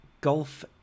golf